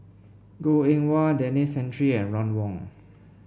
Goh Eng Wah Denis Santry and Ron Wong